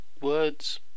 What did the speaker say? words